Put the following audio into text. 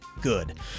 good